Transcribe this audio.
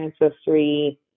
ancestry